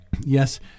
Yes